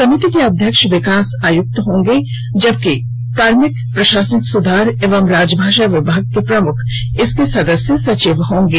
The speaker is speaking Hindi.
समिति के अध्यक्ष विकास आयुक्त होंगे जबकि कार्मिक प्रशासनिक सुधार एवं राजभाषा विभाग के प्रमुख इसके सदस्य सचिव होंगे